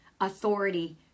authority